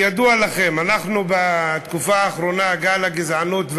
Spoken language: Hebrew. כידוע לכם, בתקופה האחרונה גל הגזענות,